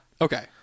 Okay